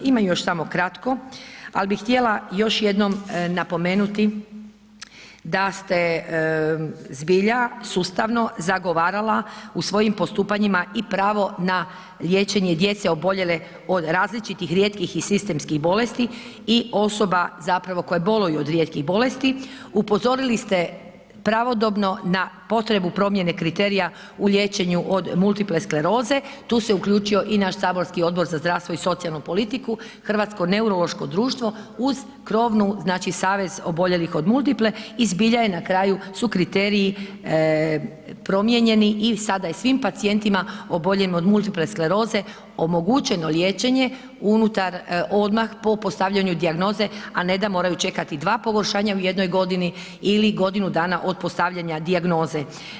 Ima još amo kratko ali bi htjela još jednom napomenuti da ste zbilja sustavno zagovarala u svojim postupanjima i pravo na liječenje djece oboljele od različitih rijetkih i sistemskih bolesti i osoba zapravo koje boluju od rijetkih bolesti, upozorili ste pravodobno na potrebu promjene kriterija u liječenju od multiple skleroze, tu se uključio i naš saborski Odbor za zdravstvo i socijalnu politiku, Hrvatsko neurološko društvo uz krovno znači Savez oboljelih od multiple i zbilja na kraju su kriteriji promijenjeni i sada je svima pacijentima oboljelim od multiple skleroze omogućeno liječenje unutar odmah po postavljanju dijagnoze a ne da moraju čekati 2 pogoršanja u jednoj godini ili godinu dana od postavljanja dijagnoze.